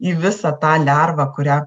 į visą tą lervą kurią